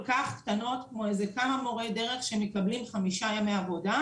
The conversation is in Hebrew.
כך קטנות כמו איזה כמה מורי דרך שמקבלים חמישה ימי עבודה,